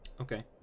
Okay